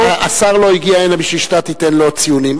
השר לא הגיע הנה כדי שאתה תיתן לו ציונים.